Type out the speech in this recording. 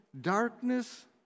darkness